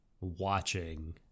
watching